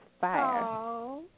fire